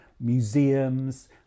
museums